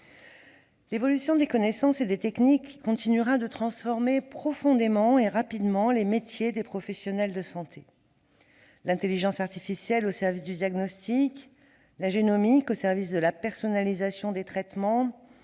L'évolution des connaissances et des techniques continuera de transformer profondément et rapidement les métiers des professionnels de santé. L'intelligence artificielle au service du diagnostic, la génomique au service de la personnalisation des traitements,